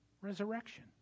resurrection